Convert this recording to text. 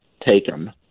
taken